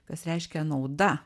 kas reiškia nauda